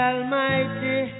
Almighty